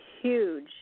huge